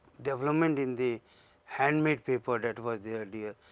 development in the handmade paper that was the earlier.